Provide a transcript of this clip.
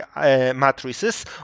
matrices